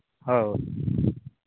ᱦᱳᱭ